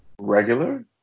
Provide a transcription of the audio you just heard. Regular